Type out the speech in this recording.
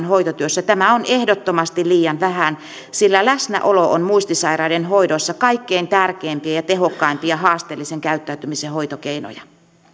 hoitotyössä tämä on ehdottomasti liian vähän sillä läsnäolo on muistisairaiden hoidossa kaikkein tärkeimpiä ja tehokkaimpia haasteellisen käyttäytymisen hoitokeinoja